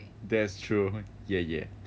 that's true ya ya